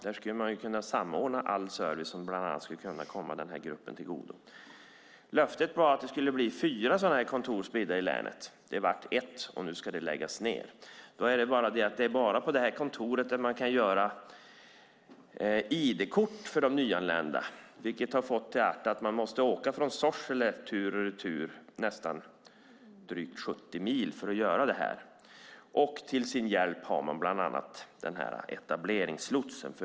Där skulle man kunna samordna all service, som bland annat skulle kunna komma denna grupp till godo. Löftet var att det skulle bli fyra sådana kontor spridda i länet. Det vart ett, och nu ska det läggas ned. Men det är bara på det här kontoret man kan göra id-kort för de nyanlända, vilket har gjort att man måste åka drygt 70 mil från Sorsele tur och retur för att göra detta. Till sin hjälp har man bland annat etableringslotsen.